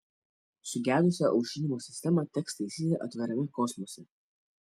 sugedusią aušinimo sistemą teks taisyti atvirame kosmose